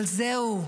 אבל זהו,